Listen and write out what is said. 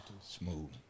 smooth